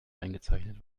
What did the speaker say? eingezeichnet